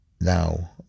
Now